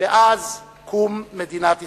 מאז קום מדינת ישראל.